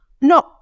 no